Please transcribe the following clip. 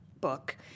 book